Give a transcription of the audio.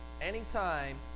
Anytime